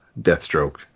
Deathstroke